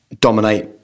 dominate